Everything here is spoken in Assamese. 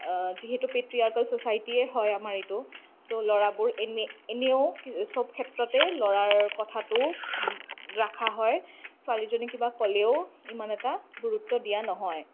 যিহেতু পেত্ৰিয়াৰ্কল ছ'চাইটীয়ে হয় আমাৰ এইটো ত' ল'ৰাবোৰ এনেই এনেইও কি চব ক্ষেত্ৰতে ল'ৰাৰ কথাটো ৰখা হয় ছোৱালীজনী কিবা ক'লেও ইমান এটা গুৰুত্ব দিয়া নহয়